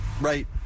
right